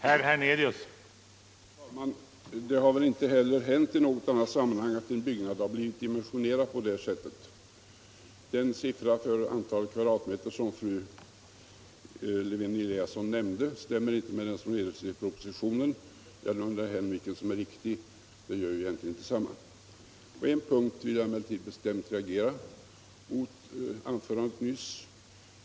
Herr talman! Det har väl inte heller hänt i något annat sammanhang att en byggnad har blivit dimensionerad på detta sätt. Den siffra för antalet kvadratmeter som fru Lewén-Eliasson nämnde stämmer inte med den i propositionen. Jag undrar vilken som är den riktiga, men egentligen gör det detsamma. På en punkt vill jag emellertid bestämt reagera mot det nyss hållna anförandet.